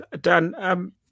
Dan